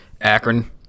Akron